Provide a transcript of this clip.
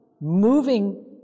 moving